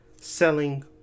selling